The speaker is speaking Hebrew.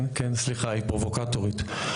כן, סליחה, היא פרובוקטורית.